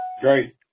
Great